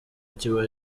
kugeza